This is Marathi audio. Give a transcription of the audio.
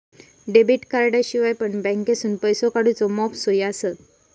डेबिट कार्डाशिवाय पण बँकेतसून पैसो काढूचे मॉप सोयी आसत